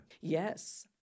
Yes